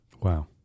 Wow